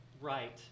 Right